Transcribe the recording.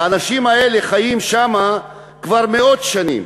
האנשים האלה חיים שם כבר מאות שנים,